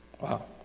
Wow